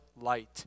light